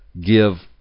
give